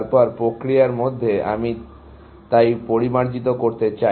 তারপর প্রক্রিয়ায় মধ্যে আমি তাই পরিমার্জিত করতে চাই